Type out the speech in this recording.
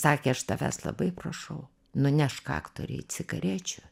sakė aš tavęs labai prašau nunešk aktorei cigarečių